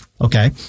Okay